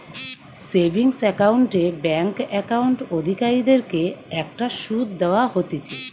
savings account এ bank account অধিকারীদের কে একটা শুধ দেওয়া হতিছে